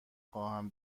خواهم